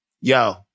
Yo